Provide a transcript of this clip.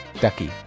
Ducky